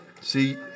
See